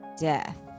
death